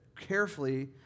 carefully